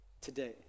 today